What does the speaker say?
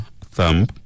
thumb